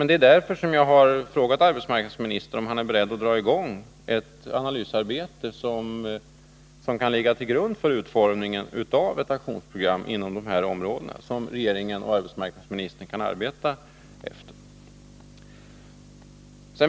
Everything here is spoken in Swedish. Det är anledningen till att jag har frågat arbetsmarknadsministern om han är beredd att dra i gång ett analysarbete som kan ligga till grund för utformningen av ett aktionsprogram inom dessa områden som regeringen och arbetsmarknadsministern kan arbeta efter.